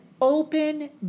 open